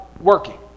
working